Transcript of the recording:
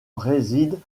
résident